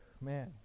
man